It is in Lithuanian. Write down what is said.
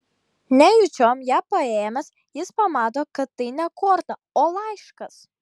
nejučiom ją paėmęs jis pamato kad tai ne korta o laiškas